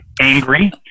angry